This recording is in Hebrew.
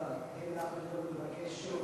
האם אנחנו יכולים לבקש שוב,